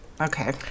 Okay